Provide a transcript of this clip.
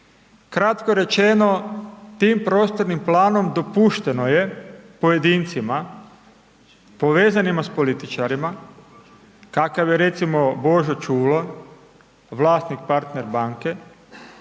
Kratko rečeno tim prostornim planom dopušteno je pojedincima povezanima s političarima kakav je recimo Božo Čulo vlasnik Partner banke,